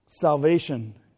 Salvation